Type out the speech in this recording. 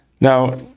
Now